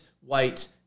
white